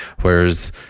Whereas